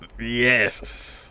Yes